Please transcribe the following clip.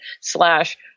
slash –